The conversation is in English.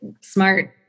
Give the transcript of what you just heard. Smart